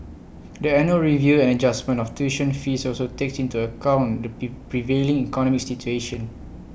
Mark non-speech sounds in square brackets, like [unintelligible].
the annual review and adjustment of tuition fees also takes into account the [unintelligible] prevailing economic situation